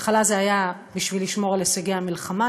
בהתחלה זה היה בשביל לשמור על הישגי המלחמה,